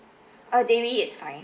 uh dairy is fine